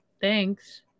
thanks